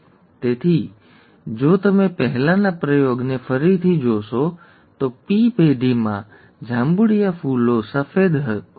તેથી જો તમે પહેલાના પ્રયોગને ફરીથી જોશો તો પી પેઢીમાં જાંબુડિયા ફૂલો સફેદ ફૂલો હતા